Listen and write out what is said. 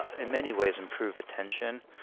in many ways, improve attention.